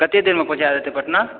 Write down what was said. कते देरमे पहुँचा देतै पटना